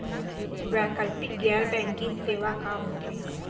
वैकल्पिक गैर बैंकिंग सेवा का होथे?